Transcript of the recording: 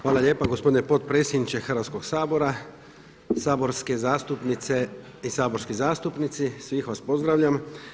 Hvala lijepa gospodine potpredsjedniče Hrvatskog sabora, saborske zastupnice i saborski zastupnici, svih vas pozdravljam.